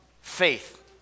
faith